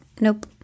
Nope